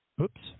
oops